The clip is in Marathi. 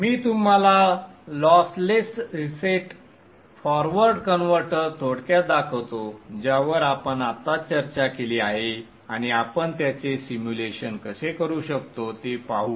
मी तुम्हाला लॉसलेस रीसेट फॉरवर्ड कन्व्हर्टर थोडक्यात दाखवतो ज्यावर आपण आत्ताच चर्चा केली आहे आणि आपण त्याचे सिम्युलेशन कसे करू शकतो ते पाहू